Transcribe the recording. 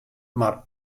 mar